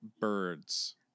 birds